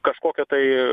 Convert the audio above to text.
kažkokio tai